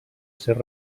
ser